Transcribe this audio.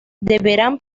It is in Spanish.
deberán